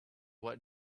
what